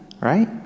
Right